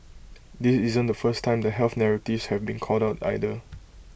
this isn't the first time the health narratives have been called out either